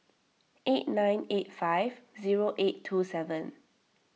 eight nine eight five zero eight two seven